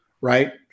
right